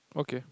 okay